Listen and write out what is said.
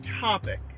topic